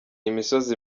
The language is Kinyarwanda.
imisozi